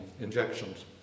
injections